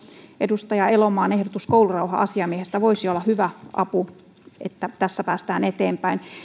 edustaja elomaan ehdotus koulurauha asiamiehestä voisi olla hyvä apu että tässä päästään eteenpäin